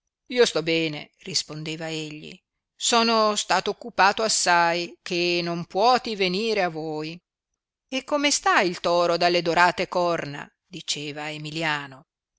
io sto bene rispondeva egli sono stato occupato assai che non puoti venire a voi e come sta il toro dalle dorate corna diceva emilliano